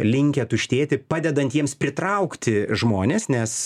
linkę tuštėti padedantiems pritraukti žmones nes